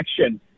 action